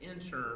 enter